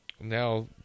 Now